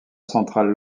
centrale